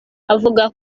avuga